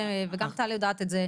וגם טל יודעת את זה,